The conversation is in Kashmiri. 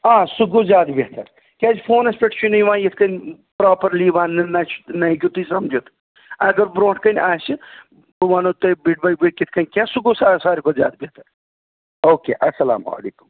آ سُہ گوٚو زیادٕ بہتر کیٛازِ فونَس پٮ۪ٹھ چھُنہٕ یِوان یِتھٕ کٔنۍ پرٛاپرلی وَننہٕ نہَ ہٮ۪کِو تُہۍ سَمجِتھ اَگر برٛونٛٹھٕ کَنہِ آسہِ بہٕ وَنو تۅہہِ کِتھٕ کٔنۍ کیٛاہ سُہ گوٚو ساروٕے کھۄتہٕ زیادٕ بہتر او کے اَسلام علیکُم